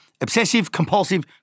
obsessive-compulsive